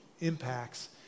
impacts